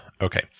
Okay